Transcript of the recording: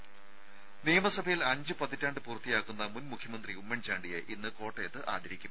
രുമ നിയമസഭയിൽ അഞ്ച് പതിറ്റാണ്ട് പൂർത്തിയാക്കുന്ന മുൻ മുഖ്യമന്ത്രി ഉമ്മൻ ചാണ്ടിയെ ഇന്ന് കോട്ടയത്ത് ആദരിക്കും